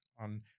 on